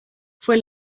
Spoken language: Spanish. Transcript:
fue